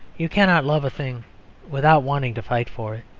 you cannot love a thing without wanting to fight for it.